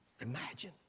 Imagine